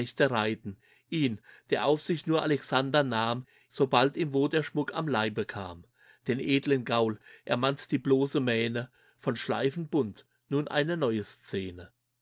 reiten ihn der auf sich nur alexander nahm sobald ihm wo der schmuck am leibe kam den edlen gaul ermannt die bloße mähne von schleifen bunt nun eine neue szene